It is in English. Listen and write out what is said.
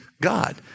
God